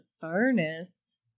furnace